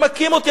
הם מכים אותי,